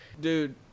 Dude